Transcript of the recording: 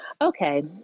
Okay